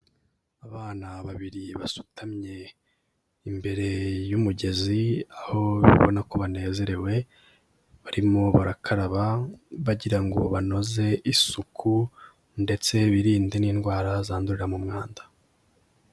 Abana babiri basutamye imbere y'umugezi aho ubona ko banezerewe, barimo barakaraba bagira ngo banoze isuku ndetse birinde n'indwara zandurira mu mwanda.